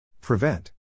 Prevent